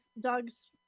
dogs